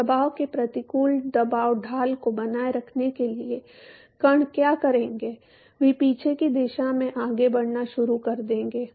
तो दबाव के प्रतिकूल दबाव ढाल को बनाए रखने के लिए कण क्या करेंगे वे पीछे की दिशा में आगे बढ़ना शुरू कर देंगे